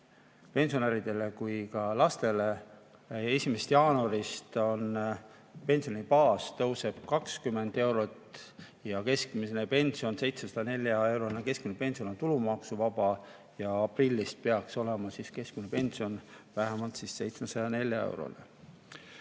pensionäridele kui ka lastele. 1. jaanuarist pensioni baasosa tõuseb 20 eurot ja keskmine pension, 704-eurone keskmine pension on tulumaksuvaba. Aprillist peaks olema keskmine pension vähemalt 704 eurot.